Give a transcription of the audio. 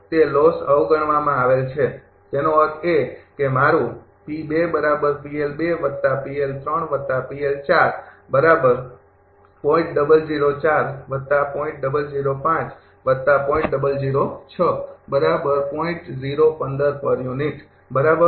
તે લોસ અવગણવામાં આવેલ છે તેનો અર્થ એ કે મારુ બરાબર